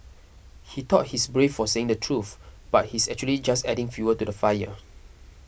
He thought he's brave for saying the truth but he's actually just adding fuel to the fire